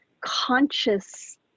conscious